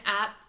app